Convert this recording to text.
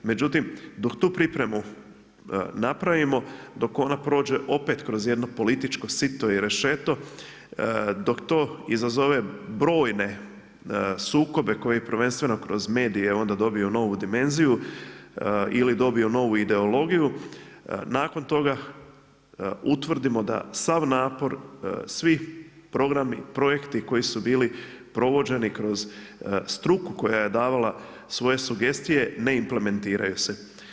Međutim dok tu pripremu napravimo, dok ona prođe opet kroz jedno političko sito i rešeto, dok to izazove brojne sukobe koji prvenstveno kroz medije onda dobiju novu dimenziju ili dobiju novu ideologiju nakon toga utvrdimo da sav napor, svi programi, projekti koji su bili provođeni kroz struku koja je davala svoj sugestije ne implementiraju se.